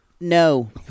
No